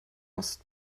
ost